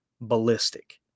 ballistic